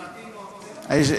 פלטינות, אין?